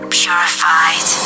purified